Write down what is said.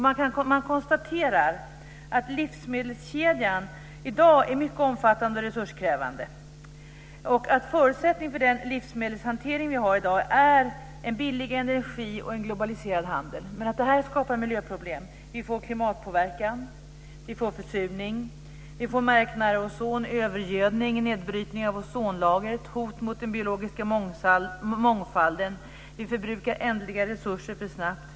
Man konstaterar att livsmedelskedjan i dag är mycket omfattande och resurskrävande och att förutsättningen för den livsmedelshantering som vi har i dag är en billig energi och en globaliserad handel. Men det här skapar miljöproblem. Vi får en klimatpåverkan. Vi får försurning, marknära ozon, övergödning, nedbrytning av ozonlagret och hot mot den biologiska mångfalden. Vi förbrukar ändliga resurser för snabbt.